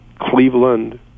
Cleveland